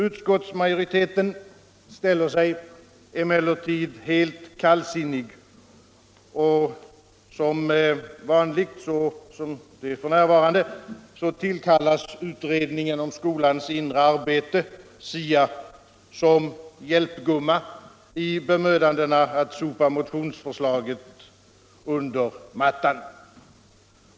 Utskottsmajoriteten ställer sig emellertid helt kallsinnig och, som vanligt är för närvarande, tillkallas utredningen om skolans inre arbete, SIA, som hjälpgumma i bemödandena att sopa motionsförslaget under mattan.